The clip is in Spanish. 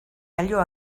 halló